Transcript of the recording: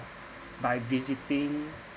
by visiting